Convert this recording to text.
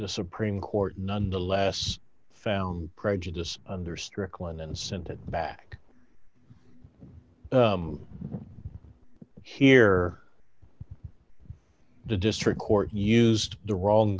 the supreme court nonetheless found prejudice under strickland and sent it back here the district court used the wrong